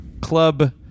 club